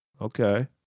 okay